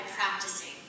practicing